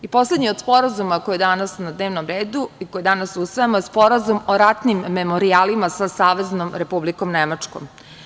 Poslednji od sporazuma, koji je danas na dnevnom redu i koji danas usvajamo, je Sporazum o ratnim memorijalima sa Saveznom Republikom Nemačkom.